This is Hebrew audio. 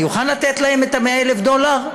אני אוכל לתת הם את ה-100,000 דולר?